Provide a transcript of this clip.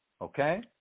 Okay